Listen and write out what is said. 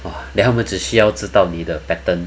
!wah! then 他们只需要知道你的 pattern